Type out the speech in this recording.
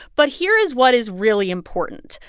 but here is what is really important.